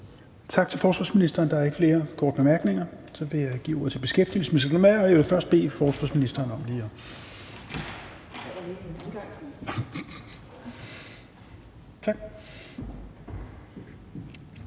Tak til forsvarsministeren. Der er ikke flere korte bemærkninger. Så vil jeg give ordet til beskæftigelsesministeren, men jeg vil først bede forsvarsministeren om lige at